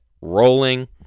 rolling